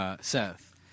Seth